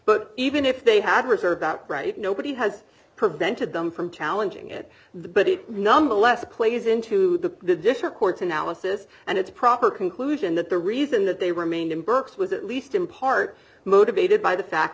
but even if they had reserved that right nobody has prevented them from challenging it but it nonetheless plays into the this or court's analysis and its proper conclusion that the reason that they remained in berks was at least in part motivated by the fact